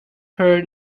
her